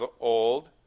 old